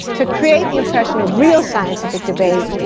to create the impression of real scientific debate,